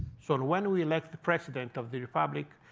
so and when we elect the president of the republic,